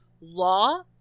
law